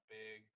big